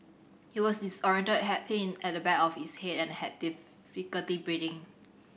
he was disorientated had pain at the back of his head and had difficulty breathing